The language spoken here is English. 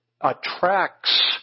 attracts